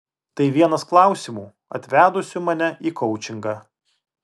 tai vienas klausimų atvedusių mane į koučingą